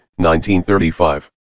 1935